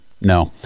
no